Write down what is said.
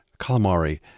calamari